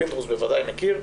פינדרוס בוודאי מכיר,